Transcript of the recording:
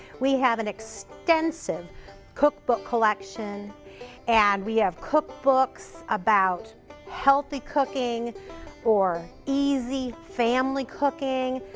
we have an extensive cookbook collection and we have cookbooks about healthy cooking or easy family cooking.